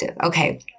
Okay